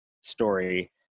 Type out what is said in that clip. story